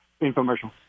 infomercial